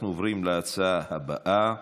אנחנו עוברים להצעות הבאות לסדר-היום,